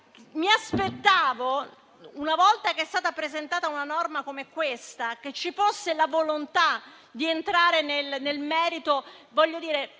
mi aspettavo, una volta che è stata presentata una norma come questa, che ci fosse la volontà di entrare nel merito almeno di